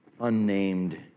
Unnamed